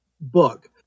book